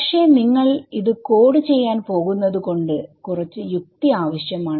പക്ഷേ നിങ്ങൾ ഇത് കോഡ് ചെയ്യാൻ പോകുന്നത് കൊണ്ട് കുറച്ചു യുക്തി ആവശ്യമാണ്